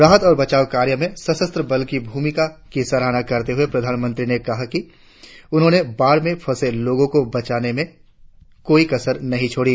राहत और बचाव कार्य में सशस्त्र बलों की भूमिका की सराहना करते हुए प्रधानमंत्री ने कहा कि उन्होंने बाढ़ में फंसे लोगों को बचाने में कोई कसर नही छोड़ी